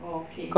oh okay